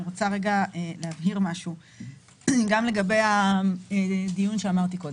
אני רוצה להבהיר משהו גם לגבי הדיון שאמרתי קודם.